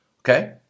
okay